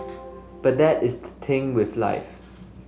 but that is thing with life